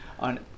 on